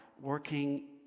working